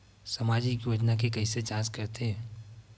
सामाजिक योजना के कइसे जांच करथे?